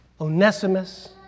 Onesimus